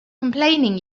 complaining